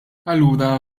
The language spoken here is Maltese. allura